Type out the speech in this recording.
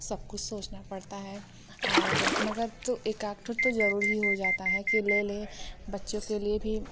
सब कुछ सोचना पड़ता है और मगर तो एक आध का तो ज़रूरी ही हो जाता है कि ले लें बच्चे के लिए भी